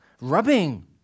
rubbing